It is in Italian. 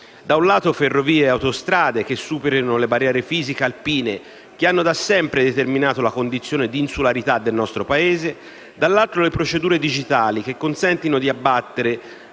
Da un lato, ferrovie e autostrade che superino le barriere fisiche alpine, che hanno da sempre determinato la condizione di insularità del nostro Paese; dall'altro, le procedure digitali che consentano di abbattere,